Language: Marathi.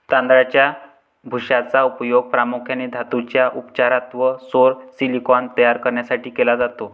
तांदळाच्या भुशाचा उपयोग प्रामुख्याने धातूंच्या उपचारात व सौर सिलिकॉन तयार करण्यासाठी केला जातो